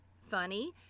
funny